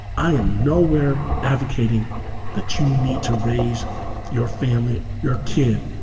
i am nowhere advocating that you need to raise your family, your kid,